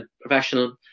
professional